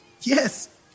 Yes